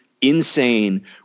insane